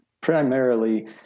primarily